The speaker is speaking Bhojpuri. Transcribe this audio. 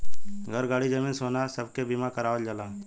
घर, गाड़ी, जमीन, सोना सब के बीमा करावल जाला